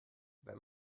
wenn